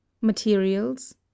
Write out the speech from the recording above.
Materials